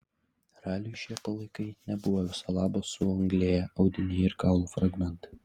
raliui šie palaikai nebuvo viso labo suanglėję audiniai ir kaulų fragmentai